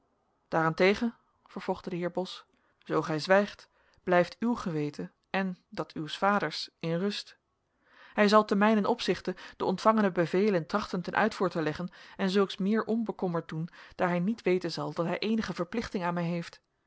daarentegen vervolgde de heer bos zoo gij zwijgt blijft uw geweten en dat uws vaders in rust hij zal te mijnen opzichte de ontvangene bevelen trachten ten uitvoer te leggen en zulks meer onbekommerd doen daar hij niet weten zal dat hij eenige verplichting aan mij heeft